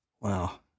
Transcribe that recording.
Wow